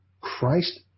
Christ